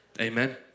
Amen